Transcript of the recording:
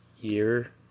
year